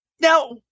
now